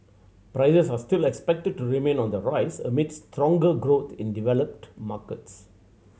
prices are still expected to remain on the rise amid stronger growth in developed markets